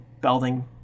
Belding